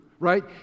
right